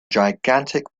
gigantic